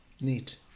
neat